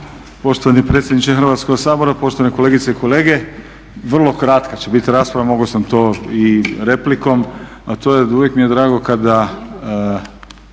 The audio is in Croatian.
Poštovani predsjedniče Hrvatskog sabora, poštovane kolegice i kolege. Vrlo kratka će bit rasprava, mogao sam to i replikom, a to je uvijek mi je drago kada